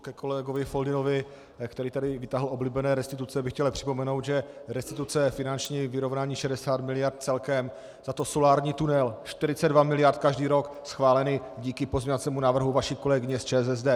Ke kolegovi Foldynovi, který tady vytáhl oblíbené restituce, bych chtěl připomenout, že restituce finanční vyrovnání 60 mld. celkem, zato solární tunel 42 mld. každý rok, schváleny díky pozměňovacímu návrhu vaší kolegyně z ČSSD.